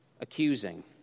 accusing